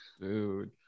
dude